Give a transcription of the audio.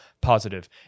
positive